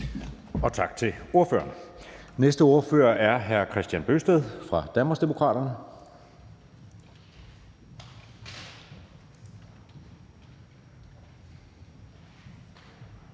Tak til ordføreren. Næste ordfører er hr. Kristian Bøgsted fra Danmarksdemokraterne.